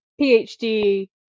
PhD